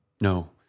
No